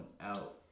out